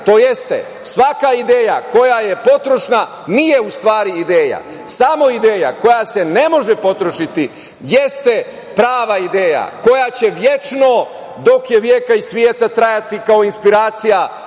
Odnosno, svaka ideja koja je potrošna nije u stvari ideja. Samo ideja koja se ne može potrošiti jeste prava ideja, koja će večno, dok je veka i sveta, trajati kao inspiracija